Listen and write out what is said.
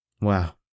Wow